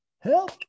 Help